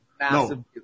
No